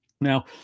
Now